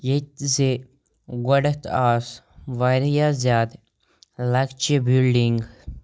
ییٚتہِ زِ گۄڈٮ۪تھ آسہٕ واریاہ زیادٕ لَکچہِ بِلڈِنٛگ